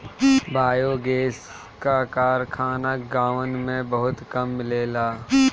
biogas क कारखाना गांवन में बहुते कम मिलेला